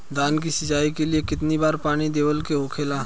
धान की सिंचाई के लिए कितना बार पानी देवल के होखेला?